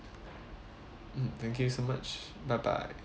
mm thank you so much bye bye